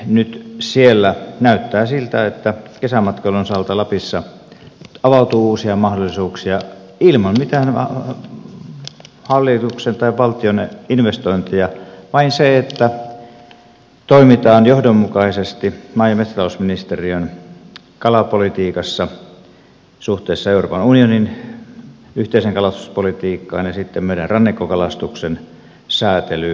nyt siellä näyttää siltä että kesämatkailun osalta lapissa avautuu uusia mahdollisuuksia ilman mitään hallituksen tai valtion investointeja vain se että toimitaan johdonmukaisesti maa ja metsätalousministeriön kalapolitiikassa suhteessa euroopan unionin yhteiseen kalastuspolitiikkaan ja sitten meidän rannikkokalastuksen säätelyyn